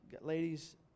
Ladies